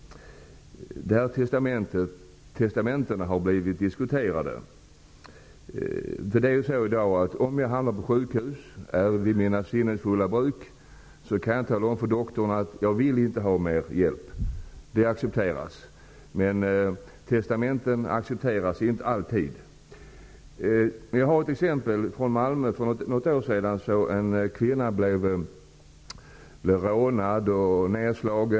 Dessa testamenten har blivit diskuterade. Om jag hamnar på sjukhus vid mina sinnens fulla bruk, så kan jag tala om för doktorn att jag inte vill ha medicinsk hjälp. Det accepteras. Men testamenten accepteras inte alltid. Jag har ett exempel från Malmö. För något år sedan blev en kvinna rånad och nedslagen.